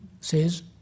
says